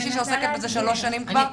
כמישהי שעוסקת בזה שלוש שנים כבר,